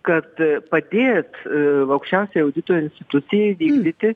kad padėt aukščiausiajai audito institucijai vykdyti